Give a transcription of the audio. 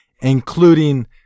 including